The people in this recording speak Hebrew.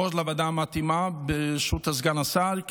או לוועדה המתאימה בראשות סגן השר,